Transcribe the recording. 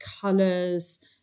colors